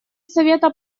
совета